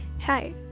Hi